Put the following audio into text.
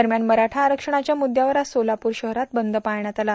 दरम्यान मराठा आरक्षणाच्या मुद्यावर आज सोलापूर शहरात बंद पाळण्यात आला